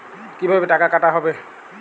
কিভাবে টাকা কাটা হবে?